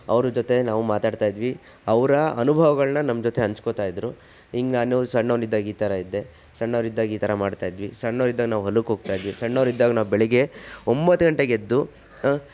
ಅವರ ಜೊತೆ ನಾವು ಮಾತಾಡ್ತಾಯಿದ್ವಿ ಅವರ ಅನುಭವಗಳನ್ನ ನಮ್ಮ ಜೊತೆ ಹಂಚ್ಕೊಳ್ತಾಯಿದ್ರು ಈಗ ನಾನು ಸಣ್ಣವನಿದ್ದಾಗ ಈ ಥರ ಇದ್ದೆ ಸಣ್ಣವರಿದ್ದಾಗ ಈ ಥರ ಮಾಡ್ತಾಯಿದ್ವಿ ಸಣ್ಣವ್ರಿದ್ದಾಗ ನಾವು ಹೊಲಕ್ಕೆ ಹೋಗ್ತಾಯಿದ್ವಿ ಸಣ್ಣವರಿದ್ದಾಗ ನಾವು ಬೆಳಗ್ಗೆ ಒಂಬತ್ತು ಗಂಟೆಗೆ ಎದ್ದು